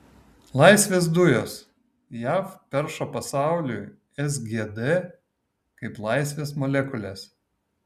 laisvės dujos jav perša pasauliui sgd kaip laisvės molekules